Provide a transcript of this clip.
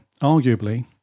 Arguably